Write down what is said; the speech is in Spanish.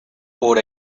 por